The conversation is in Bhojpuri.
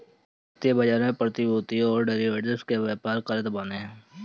वित्तीय बाजार में प्रतिभूतियों अउरी डेरिवेटिव कअ व्यापार करत बाने